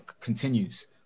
continues